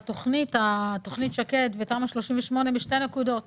תמ"א 38 ותוכנית שקד מעניינות משתי סיבות: